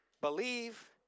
believe